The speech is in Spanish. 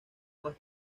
más